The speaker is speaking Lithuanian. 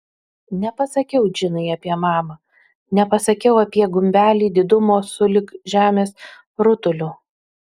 nepasakiau džinai apie mamą nepasakiau apie gumbelį didumo sulig žemės rutuliu